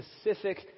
specific